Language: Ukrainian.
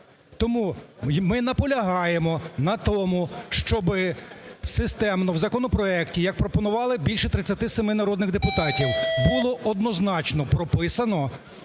Тому ми наполягаємо на тому, щоб системно в законопроекті, як пропонували більше 37 народних депутатів, було однозначно прописано